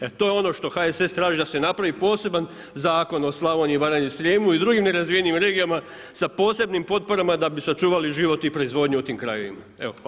E to je ono što HSS traži da se napravi, poseban zakon o Slavoniji, Baranji i Srijemu i drugim nerazvijenim regijama, sa posebnim potporama da bi sačuvali život i proizvodnju u tim krajevima.